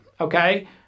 Okay